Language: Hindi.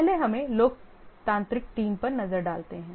पहले हमें लोकतांत्रिक टीम पर नजर डालते हैं